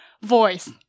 voice